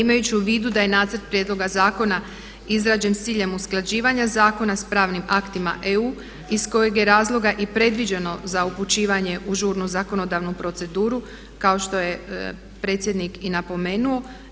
Imajući u vidu da je Nacrt prijedloga zakona izrađen s ciljem usklađivanja zakona sa pravnim aktima EU iz kojeg je razloga i predviđeno za upućivanje u žurnu zakonodavnu proceduru kao što je predsjednik i napomenuo.